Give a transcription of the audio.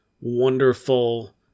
wonderful